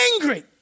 angry